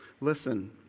Listen